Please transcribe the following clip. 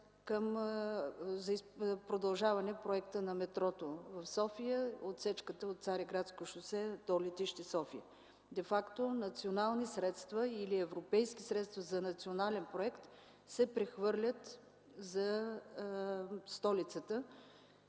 за продължаване проекта на метрото на София в отсечката от „Цариградско шосе” до летище София? Де факто национални или европейски средства за национален проект се прехвърлят за столицата?